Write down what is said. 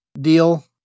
deal